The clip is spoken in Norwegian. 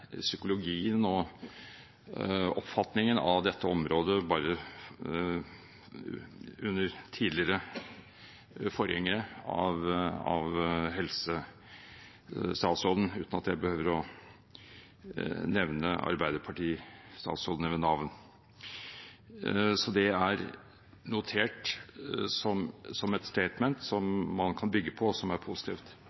psykologien og oppfatningen av dette området under forgjengerne til helsestatsråden, uten at jeg behøver å nevne Arbeiderparti-statsrådene ved navn. Så det er notert som et «statement», som man kan bygge på, og som